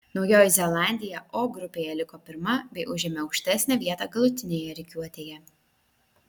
naujoji zelandija o grupėje liko pirma bei užėmė aukštesnę vietą galutinėje rikiuotėje